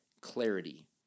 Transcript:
clarity